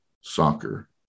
soccer